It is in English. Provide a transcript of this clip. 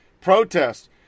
protest